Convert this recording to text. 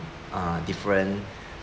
uh different